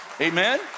Amen